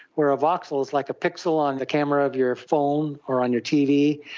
where a voxel is like a pixel on the camera of your phone or on your tv,